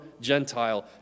Gentile